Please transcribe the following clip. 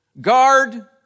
guard